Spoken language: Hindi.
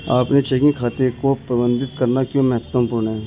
अपने चेकिंग खाते को प्रबंधित करना क्यों महत्वपूर्ण है?